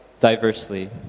diversely